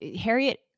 Harriet